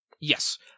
Yes